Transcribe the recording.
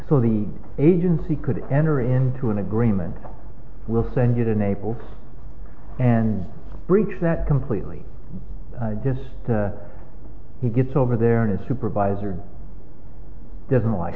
so the agency could enter into an agreement we'll send you to naples and brinks that completely i just he gets over there and his supervisor doesn't li